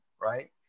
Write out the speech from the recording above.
Right